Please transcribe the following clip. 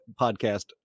podcast